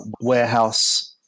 warehouse